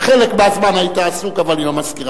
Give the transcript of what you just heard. אבל חלק מהזמן היית עסוק עם המזכירה.